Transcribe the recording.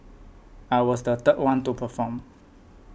I was the third one to perform